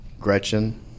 gretchen